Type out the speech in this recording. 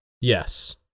Yes